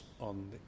on